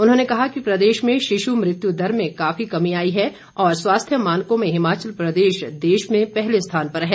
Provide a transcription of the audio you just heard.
उन्होंने कहा कि प्रदेश में शिशु मृत्यु दर में काफी कमी आई है और स्वास्थ्य मानकों में हिमाचल प्रदेश देश में पहले स्थान पर है